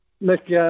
Nick